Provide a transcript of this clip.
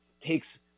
takes